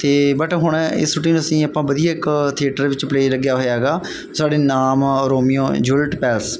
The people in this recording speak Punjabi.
ਅਤੇ ਬਟ ਹੁਣ ਇਸ ਛੁੱਟੀ ਨੂੰ ਅਸੀਂ ਆਪਾਂ ਵਧੀਆ ਇੱਕ ਥੀਏਟਰ ਵਿੱਚ ਪਲੇ ਲੱਗਿਆ ਹੋਇਆ ਹੈਗਾ ਸਾਡੇ ਨਾਮ ਰੋਮੀਓ ਜੂਲਿਟ ਪੈਲਸ